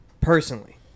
personally